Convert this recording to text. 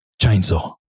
chainsaw